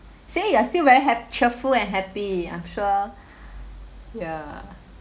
see you are still very hap~ cheerful and happy I'm sure ya